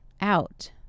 out